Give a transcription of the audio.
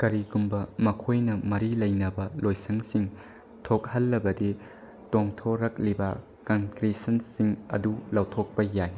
ꯀꯔꯤꯒꯨꯝꯕ ꯃꯈꯣꯏꯅ ꯃꯔꯤ ꯂꯩꯅꯕ ꯂꯣꯏꯁꯪꯁꯤꯡ ꯊꯣꯛꯍꯜꯂꯕꯗꯤ ꯇꯣꯡꯊꯣꯔꯛꯂꯤꯕ ꯀꯪꯀ꯭ꯔꯤꯁꯟꯁꯤꯡ ꯑꯗꯨ ꯂꯧꯊꯣꯛꯄ ꯌꯥꯏ